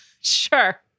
Sure